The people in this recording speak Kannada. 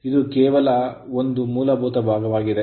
ಇದು ಕೇವಲ ಒಂದು ಮೂಲಭೂತ ಭಾಗವಾಗಿದೆ